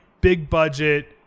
big-budget